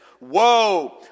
woe